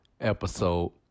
Episode